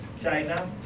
China